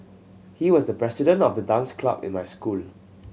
he was the president of the dance club in my school